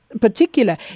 particular